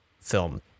film